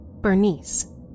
Bernice